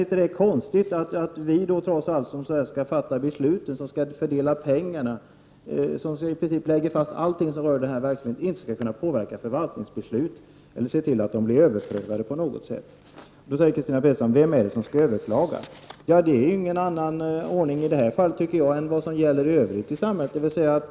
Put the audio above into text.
Känns det inte konstigt att vi som skall fatta besluten, fördela pengarna och lägga fast allt som rör denna verksamhet inte kan påverka förvaltningsbeslut eller se till att de blir överprövade på något sätt? Christina Pettersson frågar: Vem skall överklaga? Ja, det är inte någon annan ordning i detta fall än vad som gäller i övrigt i samhället.